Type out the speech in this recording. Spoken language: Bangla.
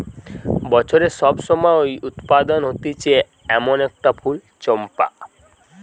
বছরের সব সময় উৎপাদন হতিছে এমন একটা ফুল চম্পা